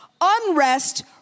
unrest